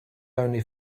only